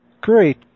Great